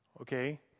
okay